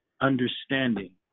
understanding